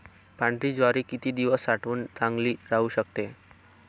पांढरी ज्वारी किती दिवस साठवून चांगली राहू शकते?